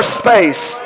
space